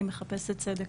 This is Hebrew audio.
אני מחפשת צדק".